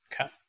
Okay